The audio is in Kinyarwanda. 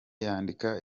yandika